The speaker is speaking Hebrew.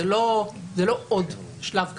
זה לא עוד שלב קטן.